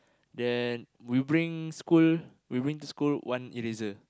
then we bring school we will bring to school one eraser